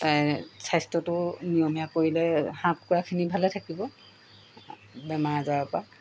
স্বাস্থ্যটো নিয়মীয়া কৰিলে হাঁহ কুকুৰাখিনি ভালে থাকিব বেমাৰ আজাৰৰ পৰা